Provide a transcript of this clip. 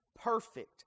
perfect